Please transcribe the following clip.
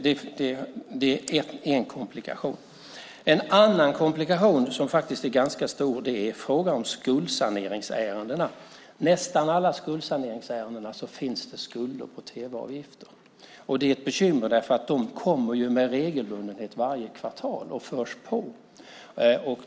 Det är en komplikation. En annan komplikation som faktiskt är ganska stor är frågan om skuldsaneringsärendena. I nästan alla skuldsaneringsärenden finns det skulder på tv-avgiften, och det är ett bekymmer, därför att de kommer ju med regelbundenhet varje kvartal och förs på.